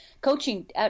Coaching